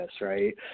Right